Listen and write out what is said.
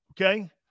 Okay